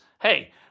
hey